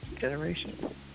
generation